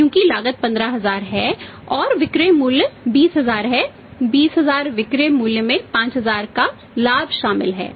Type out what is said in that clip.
क्योंकि लागत 15000 है और विक्रय मूल्य 20000 है 20000 विक्रय मूल्य में 5000 का लाभ शामिल है